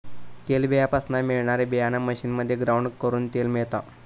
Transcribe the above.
तेलबीयापासना मिळणारी बीयाणा मशीनमध्ये ग्राउंड करून तेल मिळता